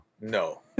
No